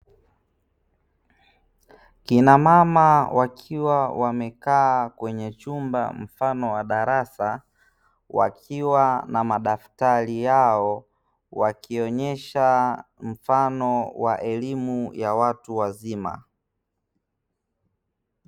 Kina mama wakiwa wamekaa kwenye chumba mfano wa darasa wakiwa na madaftari yao, wakionesha mfano wa elimu ya watu wazima.